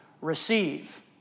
receive